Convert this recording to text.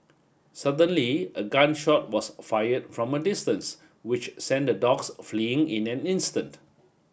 suddenly a gun shot was fired from a distance which sent the dogs fleeing in an instant